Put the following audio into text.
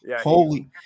Holy